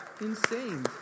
insane